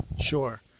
Sure